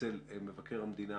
אצל מבקר המדינה